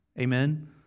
Amen